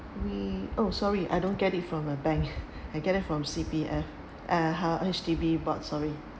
we oh sorry I don't get it from a bank I get it from C_P_F (uh huh) H_D_B bought sorry